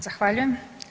Zahvaljujem.